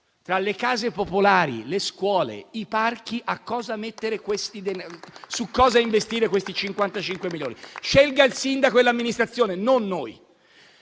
tra le case popolari, le scuole e i parchi su cosa investire questi 55 milioni. Scelgano il sindaco e l'amministrazione, non noi.